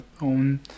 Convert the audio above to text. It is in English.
own